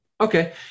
Okay